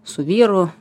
su vyru